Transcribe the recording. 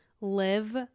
live